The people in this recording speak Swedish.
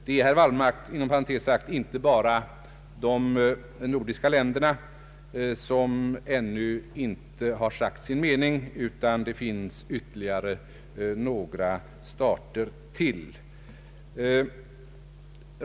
Det är, herr Wallmark, inom parentes sagt inte bara de nordiska länderna som ännu inte sagt sin mening, utan det är ytterligare några stater.